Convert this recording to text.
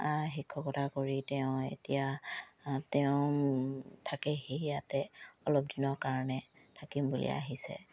শিক্ষকতা কৰি তেওঁ এতিয়া তেওঁ থাকেহি ইয়াতে অলপ দিনৰ কাৰণে থাকিম বুলি আহিছে